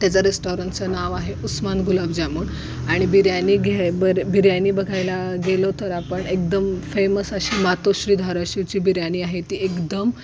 त्याचं रेस्टॉरंटचं नाव आहे उस्मान गुलाबजामुन आणि बिर्यानी घे बर बिर्यानी बघायला गेलो तर आपण एकदम फेमस अशी मातोश्री धाराशिवची बिर्यानी आहे ती एकदम